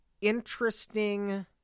interesting